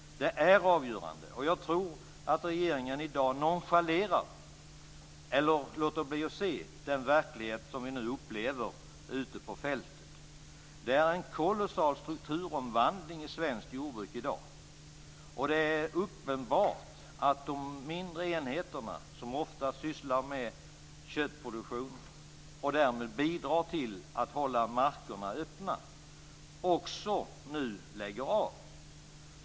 Det är avgörande. Jag tror att regeringen i dag nonchalerar eller låter bli att se den verklighet som vi upplever ute på fältet. Det är en kolossal strukturomvandling i svenskt jordbruk i dag. Det är uppenbart att de mindre enheterna, som ofta sysslar med köttproduktion och därmed bidrar till att hålla markerna öppna, också nu lägger av.